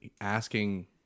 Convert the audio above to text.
asking